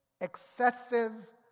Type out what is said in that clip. Excessive